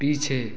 पीछे